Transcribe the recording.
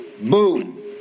Boom